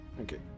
Okay